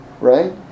right